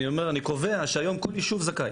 אני אומר שאני קובע שהיום כל יישוב זכאי.